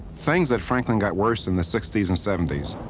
things at franklin got worse in the sixty s and seventy s.